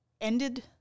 ended